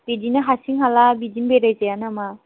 बिदिनो हारसिं हाला बिदिनो बेराय जाया नामा